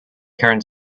current